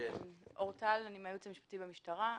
הייעוץ המשפטי במשטרה.